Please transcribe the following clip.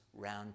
round